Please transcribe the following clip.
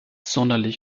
sonderlich